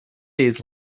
days